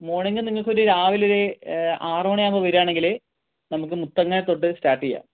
morning നിങ്ങൾക്ക് ഒരു രാവിലെ ഒരു ആറുമണി ആകുമ്പം വരികയാണെങ്കിൽ നമുക്ക് മുത്തങ്ങ തൊട്ട് സ്റ്റാർട്ട് ചെയ്യാം